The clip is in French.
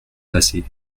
passé